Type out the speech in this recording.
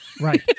Right